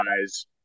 guys